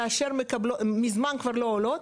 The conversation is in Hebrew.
כאשר מזמן כבר לא עולות,